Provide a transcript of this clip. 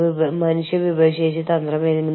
അവിടെ എന്താണ് സംഭവിക്കുന്നതെന്ന് നമുക്കറിയണം